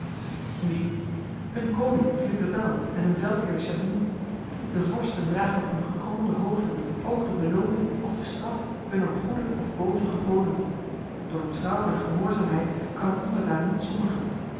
wie hun koning philippe le bel en hun veldheer de chatillon de vorsten dragen op hun gekroonde hoofden ook de beloning of de straf hunner goede of boze geboden door trouw en gehoorzaamheid kan een onderdaan niet zondigen